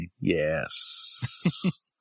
Yes